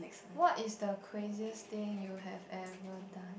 what is the craziest thing you have ever done